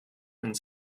and